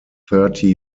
thirty